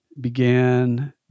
began